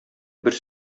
бер